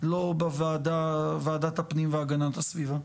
לא בוועדת הפנים והגנת הסביבה.